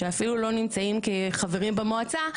שאפילו לא נמצאים כחברים במועצה,